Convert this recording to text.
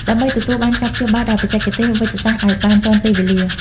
ដើម្បីទទួលការព្យាបាលដោយបច្ចេកទេសវេជ្ជសាស្ត្រឱ្យបានទាន់ពេលវេលា។